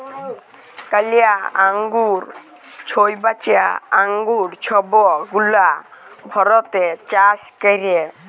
কালা আঙ্গুর, ছইবজা আঙ্গুর ছব গুলা ভারতে চাষ ক্যরে